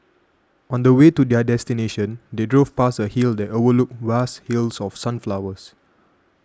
on the way to their destination they drove past a hill that overlooked vast fields of sunflowers